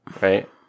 right